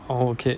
okay